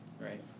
right